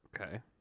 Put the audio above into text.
Okay